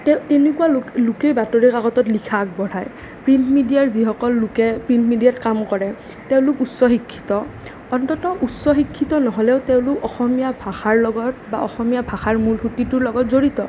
তেনেকুৱা লোকে বাতৰি কাকতত লিখা আগবঢ়ায় প্ৰিণ্ট মিডিয়াৰ যিসকল লোকে প্ৰিণ্ট মিডিয়াত কাম কৰে তেওঁলোক উচ্চ শিক্ষিত অন্ততঃ উচ্চ শিক্ষিত নহ'লেও তেওঁলোক অসমীয়া ভাষাৰ লগত বা অসমীয়া ভাষাৰ মূল সুঁতিটোৰ লগত জড়িত